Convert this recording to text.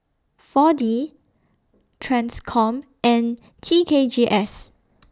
four D TRANSCOM and T K G S